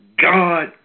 God